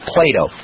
Plato